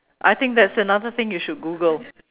I think that's another thing you should Google